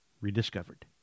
rediscovered